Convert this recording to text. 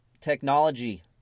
Technology